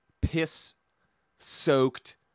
piss-soaked